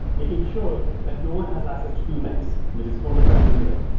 making sure that no one has access to two things which is phone number and email.